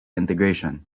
integration